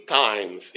times